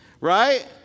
Right